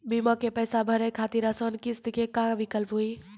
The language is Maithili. बीमा के पैसा भरे खातिर आसान किस्त के का विकल्प हुई?